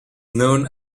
known